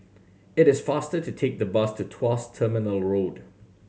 it is faster to take the bus to Tuas Terminal Road